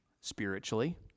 spiritually